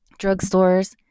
drugstores